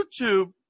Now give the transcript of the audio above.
YouTube